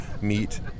Meet